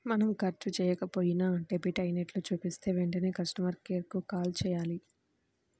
మనం ఖర్చు చెయ్యకపోయినా డెబిట్ అయినట్లు చూపిస్తే వెంటనే కస్టమర్ కేర్ కు కాల్ చేయాలి